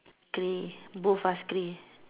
grey both are grey